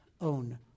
own